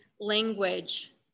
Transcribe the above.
language